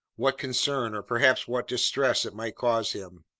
what concern or perhaps what distress it might cause him,